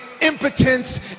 impotence